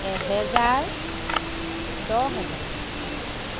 এহেজাৰ দহ হেজাৰ